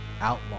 outlaw